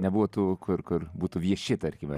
nebuvo tų kur kur būtų vieši tarkime